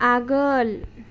आगोल